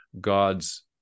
God's